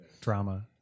drama